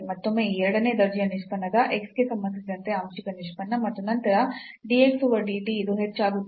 ಮತ್ತೊಮ್ಮೆ ಈ ಎರಡನೇ ದರ್ಜೆಯ ನಿಷ್ಪನ್ನದ x ಗೆ ಸಂಬಂಧಿಸಿದಂತೆ ಆಂಶಿಕ ನಿಷ್ಪನ್ನ ಮತ್ತು ನಂತರ dx over dt ಇದು h ಆಗುತ್ತದೆ